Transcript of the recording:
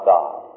God